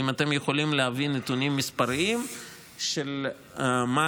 האם אתם יכולים להביא נתונים מספריים של מה